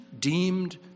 deemed